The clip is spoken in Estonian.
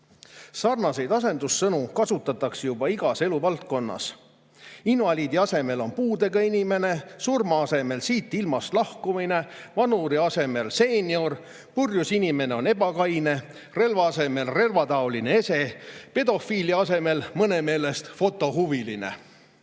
küll. Sarnaseid asendussõnu kasutatakse juba igas eluvaldkonnas. Invaliidi asemel on puudega inimene, surma asemel siit ilmast lahkumine, vanuri asemel seenior, purjus inimene on ebakaine, relva asemel relvataoline ese, pedofiili asemel mõne meelest fotohuviline. Nimevahetus